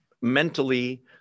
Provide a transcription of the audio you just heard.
mentally